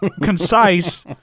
concise